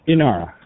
Inara